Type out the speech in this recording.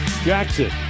Jackson